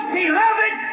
beloved